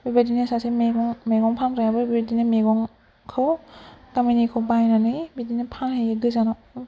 बेबायदिनो सासे मैगं मैगं फानग्रायाबो बेबायदिनो मैगंखौ गामिनिखौ बायनानै बिदिनो फानहैयो गोजानाव